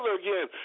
again